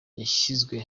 yashyizwe